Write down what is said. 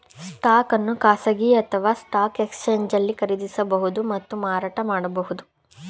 stock ಅನ್ನು ಖಾಸಗಿ ಅಥವಾ ಸ್ಟಾಕ್ ಎಕ್ಸ್ಚೇಂಜ್ನಲ್ಲಿ ಖರೀದಿಸಬಹುದು ಮತ್ತು ಮಾರಾಟ ಮಾಡಬಹುದು